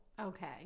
okay